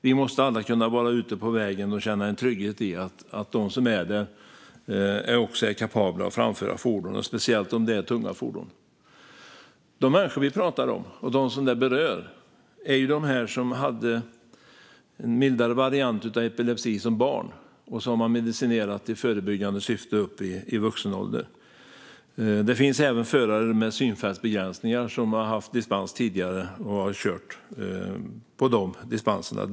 Vi måste alla kunna vara ute på vägen och känna en trygghet i att de som är där också är kapabla att framföra fordon, speciellt om det handlar om tunga fordon. De människor vi talar om är personer som har haft en mildare variant av epilepsi som barn och som har medicinerat i förebyggande syfte upp i vuxen ålder. Det finns även förare med synfältsbegränsningar, som har haft dispens tidigare och har fått köra.